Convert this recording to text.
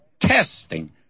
testing